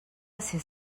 ses